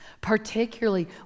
Particularly